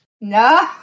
No